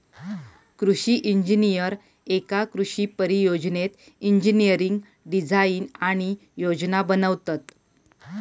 कृषि इंजिनीयर एका कृषि परियोजनेत इंजिनियरिंग डिझाईन आणि योजना बनवतत